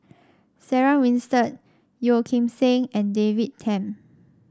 Sarah Winstedt Yeo Kim Seng and David Tham